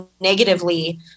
negatively